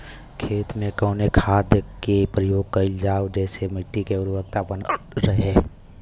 खेत में कवने खाद्य के प्रयोग कइल जाव जेसे मिट्टी के उर्वरता बनल रहे?